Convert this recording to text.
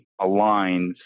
aligns